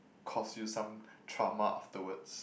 caused you some trauma afterwards